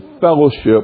fellowship